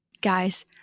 Guys